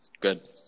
Good